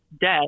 debt